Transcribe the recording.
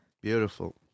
Beautiful